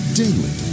daily